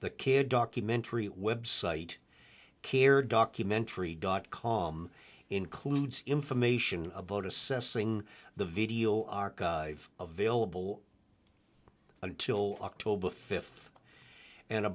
the kid documentary website care documentary dot com includes information about assessing the video archive available until october fifth and a